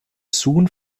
soon